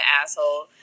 asshole